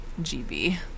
GB